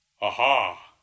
Aha